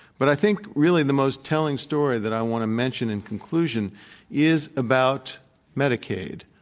but i think really the most telling story that i want to mention in conclusion is about medicaid,